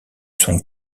sont